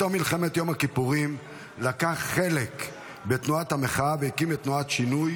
בתום מלחמת יום הכיפורים לקח חלק בתנועת המחאה והקים את תנועת שינוי,